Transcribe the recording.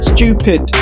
Stupid